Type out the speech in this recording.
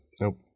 nope